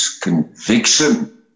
conviction